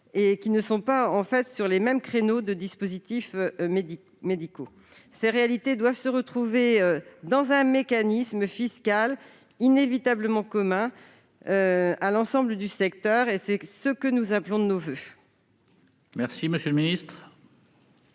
elles ne sont pas sur les mêmes créneaux de dispositifs médicaux. Ces réalités doivent se retrouver dans un mécanisme fiscal inévitablement commun à l'ensemble du secteur. C'est ce que nous appelons de nos voeux. Quel est l'avis